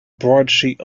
broadsheet